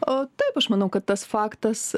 o taip aš manau kad tas faktas